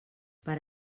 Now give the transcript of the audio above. per